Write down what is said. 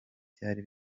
byari